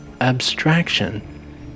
abstraction